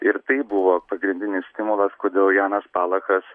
ir tai buvo pagrindinis stimulas kodėl janas palachas